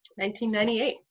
1998